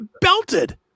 belted